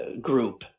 group